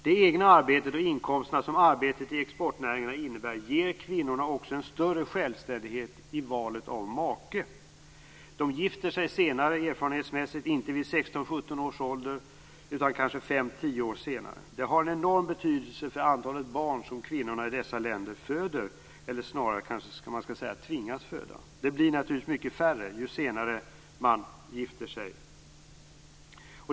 Det egna arbetet och de inkomster som arbetet inom exportnäringen innebär ger kvinnorna också en större självständighet i valet av make. Erfarenhetsmässigt gifter sig kvinnorna senare, inte vid 16 eller 17 års ålder, utan kanske fem-tio år senare. Detta har en enorm betydelse för antalet barn som kvinnorna i dessa länder föder - eller, skall man kanske snarare säga, tvingas föda. De blir naturligtvis mycket färre ju senare kvinnorna gifter sig.